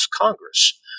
Congress